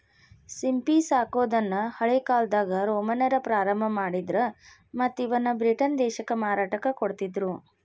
ಸಿಂಪಿ ಸಾಕೋದನ್ನ ಹಳೇಕಾಲ್ದಾಗ ರೋಮನ್ನರ ಪ್ರಾರಂಭ ಮಾಡಿದ್ರ ಮತ್ತ್ ಇವನ್ನ ಬ್ರಿಟನ್ ದೇಶಕ್ಕ ಮಾರಾಟಕ್ಕ ಕೊಡ್ತಿದ್ರು